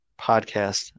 podcast